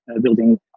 building